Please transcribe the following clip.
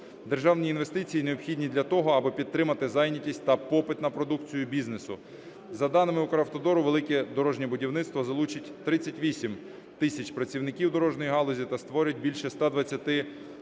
Державні інвестиції необхідні для того, аби підтримати зайнятість та попит на продукцію бізнесу. За даними Укравтодору, велике дорожнє будівництво залучить 38 тисяч працівників дорожньої галузі та створить більше 120